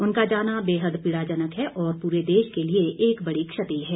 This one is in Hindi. उनका जाना बेहद पीड़ाजनक है और पूरे देश के लिए एक बड़ी क्षति है